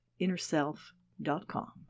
InnerSelf.com